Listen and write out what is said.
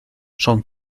son